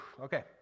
okay